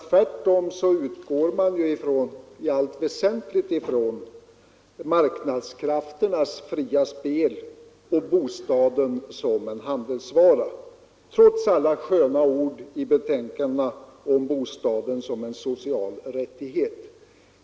Tvärtom utgår man i allt väsentligt från marknadskrafternas fria spel och bostaden som en handelsvara trots alla sköna ord i betänkandena om bostaden som en social rättighet.